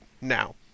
now